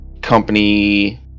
company